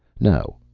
no,